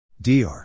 Dr